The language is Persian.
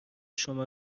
شما